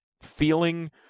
feeling